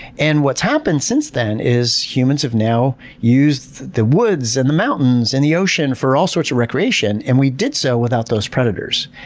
and what's happened since then is humans have now used the woods, and the mountains, and the ocean for all sorts of recreation, and we did so without those predators.